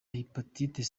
hepatite